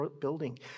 building